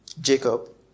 Jacob